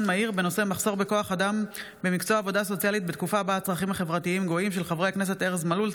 מהיר בהצעתם של חברי הכנסת ארז מלול,